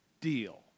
deal